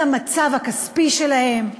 על המצב הכספי שלהם,